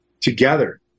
together